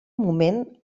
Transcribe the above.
moment